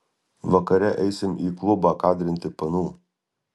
vakare eisim į klubą kadrinti panų